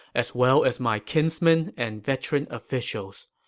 as well as my kinsmen and veteran officials.